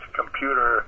computer